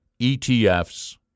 ETFs